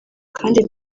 kandi